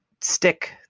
stick